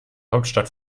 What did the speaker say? hauptstadt